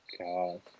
God